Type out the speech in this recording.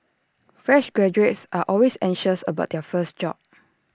fresh graduates are always anxious about their first job